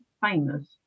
famous